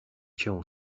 cię